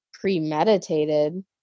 premeditated